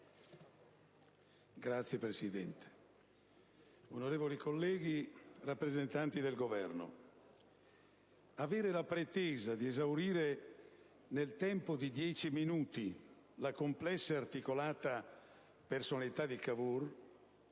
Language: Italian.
Signor Presidente, onorevoli colleghi, rappresentanti del Governo, avere la pretesa di esaurire nel tempo di dieci minuti la complessa e articolata personalità di Cavour